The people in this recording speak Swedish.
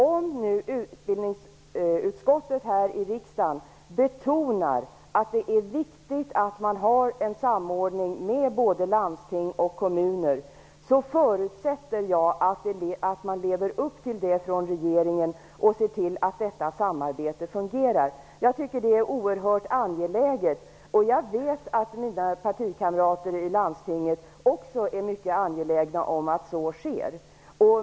Om utbildningsutskottet här i riksdagen betonar att det är viktigt att det finns en samordning med både landsting och kommuner förutsätter jag att regeringen ser till att detta samarbete fungerar. Det är oerhört angeläget. Jag vet att mina partikamrater i landstinget också är mycket angelägna om att så sker.